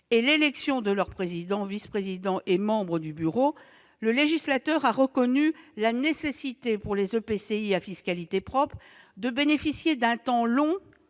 et l'élection de leurs président, vice-présidents et membres du bureau, le législateur a reconnu la nécessité, pour les EPCI à fiscalité propre, de bénéficier d'un temps plus